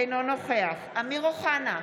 אינו נוכח אמיר אוחנה,